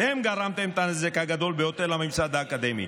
אתם גרמתם את הנזק הגדול ביותר לממסד האקדמי.